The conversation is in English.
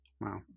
Wow